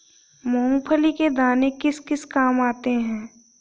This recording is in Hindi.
मूंगफली के दाने किस किस काम आते हैं?